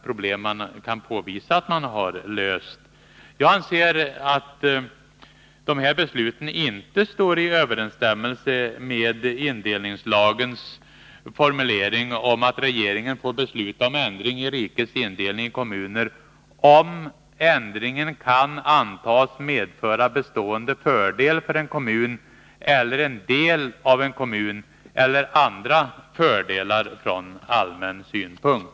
Jag anser inte att dessa beslut står i överensstämmelse med indelningslagens formulering om att regeringen får besluta om ändring i rikets indelning i kommuner, om ändringen kan antas medföra bestående fördel för en kommun eller en del av en kommun eller andra fördelar från allmän synpunkt.